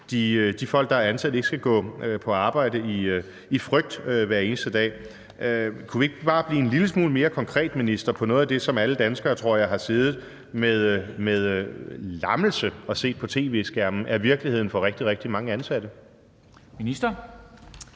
de folk, der er ansat, ikke skal gå på arbejde i frygt hver eneste dag. Kunne vi ikke bare blive en lille smule mere konkrete, minister, på noget af det, som alle danskere, tror jeg, har siddet med lammelse og set på tv-skærmen er virkeligheden for rigtig, rigtig mange ansatte.